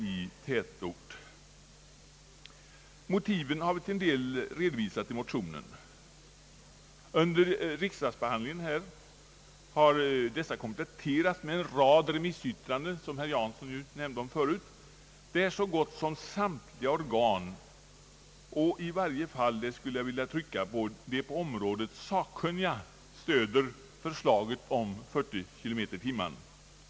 i tätort. Motiven har vi till en del redovisat i motionen. Under riksdagsbehandlingen har dessa kompletterats med en rad remissyttranden, som herr Jansson nämnde, där så gott som samtliga organ och i varje fall de på området sakkunniga stöder förslaget om 40 km/ tim.